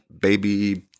baby